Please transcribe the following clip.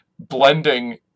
Blending